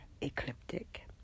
ecliptic